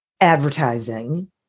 advertising